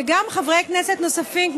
וגם חברי כנסת נוספים,